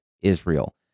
Israel